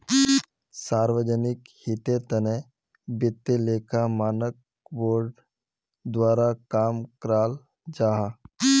सार्वजनिक हीतेर तने वित्तिय लेखा मानक बोर्ड द्वारा काम कराल जाहा